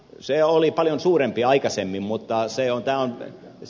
se oli paljon suurempi aikaisemmin mutta se on